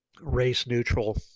race-neutral